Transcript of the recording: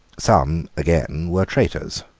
some, again, were traitors,